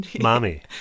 Mommy